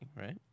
right